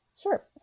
Sure